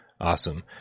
awesome